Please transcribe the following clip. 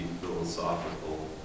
philosophical